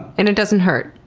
and it doesn't hurt?